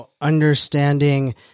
understanding